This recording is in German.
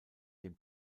dem